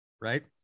right